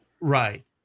right